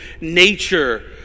nature